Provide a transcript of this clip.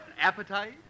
Appetite